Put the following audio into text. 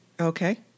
Okay